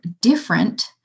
different